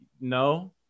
no